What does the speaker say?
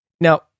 Now